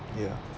ya